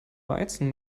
weizen